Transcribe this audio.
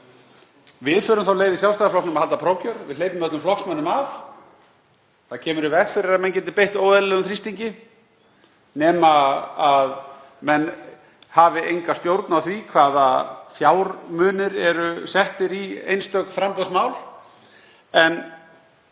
Við förum þá leið í Sjálfstæðisflokknum að halda prófkjör. Við hleypum öllum flokksmönnum að. Það kemur í veg fyrir að menn geti beitt óeðlilegum þrýstingi nema menn hafi enga stjórn á því hvaða fjármunir eru settir í einstök framboðsmál.